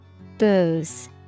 Booze